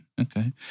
Okay